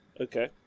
Okay